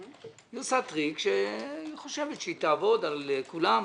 היא עושה טריק שהיא חושבת שהיא תעבוד על כולם,